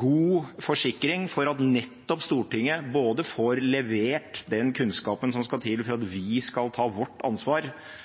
god forsikring for at nettopp Stortinget får levert den kunnskapen som skal til for at vi skal ta vårt ansvar